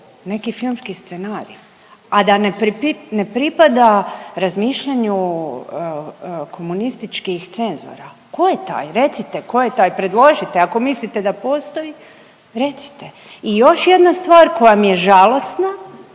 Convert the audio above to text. neki filmski scenarij, a da ne pripada razmišljanju komunističkih cenzora ko je taj? Recite ko je taj? Predložite ako mislite da postoji recite. I još jedna stvar koja mi je žalosna